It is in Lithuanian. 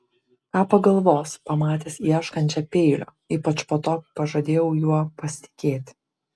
ką pagalvos pamatęs ieškančią peilio ypač po to kai pažadėjau juo pasitikėti